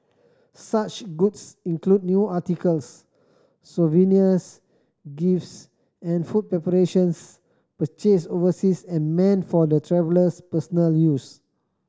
such goods include new articles souvenirs gifts and food preparations purchased overseas and meant for the traveller's personal use